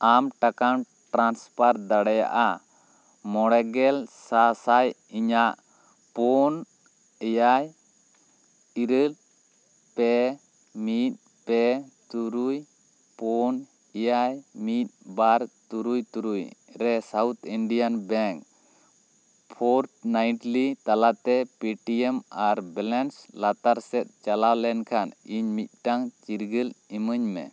ᱟᱢ ᱴᱟᱠᱟᱢ ᱴᱨᱟᱱᱥᱯᱷᱟᱨ ᱫᱟᱲᱮᱭᱟᱜᱼᱟ ᱢᱚᱬᱮ ᱜᱮᱞ ᱥᱟ ᱥᱟᱭ ᱤᱧᱟᱹᱜ ᱯᱩᱱ ᱮᱭᱟᱭ ᱤᱨᱟᱹᱞ ᱯᱮ ᱢᱤᱫ ᱯᱮ ᱛᱩᱨᱩᱭ ᱯᱩᱱ ᱮᱭᱟᱭ ᱢᱤᱫ ᱵᱟᱨ ᱛᱩᱨᱩᱭ ᱛᱩᱨᱩᱭᱨᱮ ᱥᱟᱣᱩᱛᱷ ᱤᱱᱰᱤᱭᱟᱱ ᱵᱮᱝᱠ ᱯᱷᱳᱨᱴᱱᱟᱭᱤᱴᱞᱤ ᱛᱟᱞᱟᱛᱮ ᱯᱮ ᱴᱤ ᱮᱢ ᱟᱨ ᱵᱮᱞᱮᱱᱥ ᱞᱟᱛᱟᱨ ᱥᱮᱫ ᱪᱟᱞᱟᱣ ᱞᱮᱱᱠᱷᱟᱱ ᱤᱧ ᱢᱤᱫᱴᱟᱝ ᱪᱤᱨᱜᱟᱹᱞ ᱮᱢᱟᱹᱧ ᱢᱮ